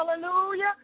Hallelujah